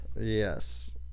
Yes